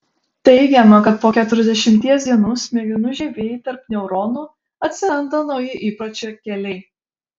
teigiama kad po keturiasdešimties dienų smegenų žievėj tarp neuronų atsiranda nauji įpročio keliai